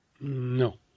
No